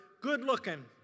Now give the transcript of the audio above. good-looking